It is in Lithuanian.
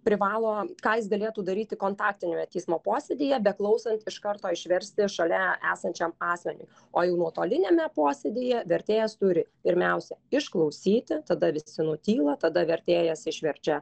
privalo ką jis galėtų daryti kontaktiniame teismo posėdyje beklausant iš karto išversti šalia esančiam asmeniui o jau nuotoliniame posėdyje vertėjas turi pirmiausia išklausyti tada visi nutyla tada vertėjas išverčia